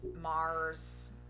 Mars